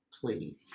please